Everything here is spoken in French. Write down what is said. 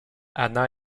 anna